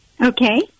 Okay